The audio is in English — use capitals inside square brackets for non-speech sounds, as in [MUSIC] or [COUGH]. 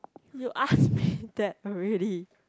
you ask me [BREATH] that already